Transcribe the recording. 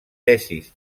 tesis